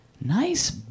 nice